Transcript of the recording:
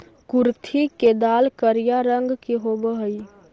कुर्थी के दाल करिया रंग के होब हई